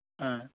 ᱦᱮᱸ